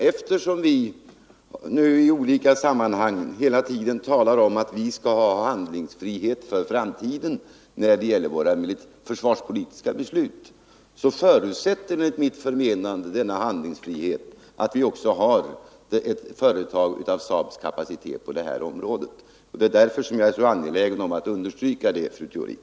statliga vi i olika sammanhang hela tiden talar om att vi skall ha handlingsfrihet myndigheters för framtiden när det gäller våra försvarspolitiska beslut förutsätter, enligt — användning av vissa mitt förmenande, denna handlingsfrihet att vi också har ett företag av = språkliga förkort SAAB-Scanias kapacitet på det här området. Det är därför jag är så an — ningar gelägen att understryka detta, fru Theorin.